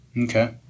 Okay